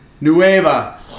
Nueva